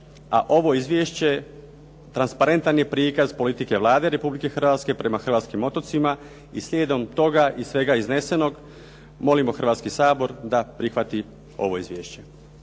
a ovo izvješće transparentan je prikaz politike Vlade Republike Hrvatske prema hrvatskim otocima. I slijedom toga i svega iznesenog molimo Hrvatski sabor da prihvati ovo izvješće.